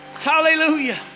Hallelujah